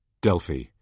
Delphi